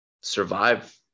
survive